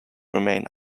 remain